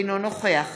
אינו נוכח